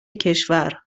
کشور